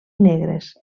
negres